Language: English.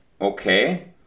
Okay